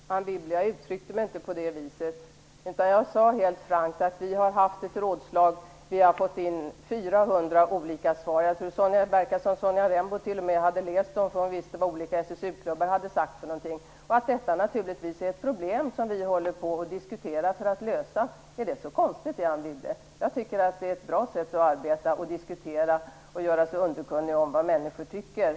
Fru talman! Anne Wibble! Jag uttryckte mig inte på det viset. Jag sade helt frankt att vi socialdemokrater har haft ett rådslag och att vi har fått in 400 olika svar. Det verkar t.o.m. som om Sonja Rembo har läst dem, eftersom hon visste vad olika SSU-klubbar har sagt. Det finns naturligtvis ett problem, som Socialdemokraterna håller på att diskutera för att kunna lösa. Är detta så konstigt, Anne Wibble? Jag tycker att det är ett bra sätt att arbeta - man diskuterar och gör sig underkunnig om vad människor tycker.